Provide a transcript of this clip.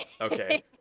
Okay